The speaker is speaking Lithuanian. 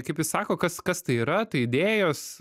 kaip jis sako kas kas tai yra tai idėjos